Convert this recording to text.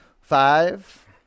Five